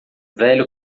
velho